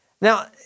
Now